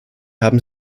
haben